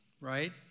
right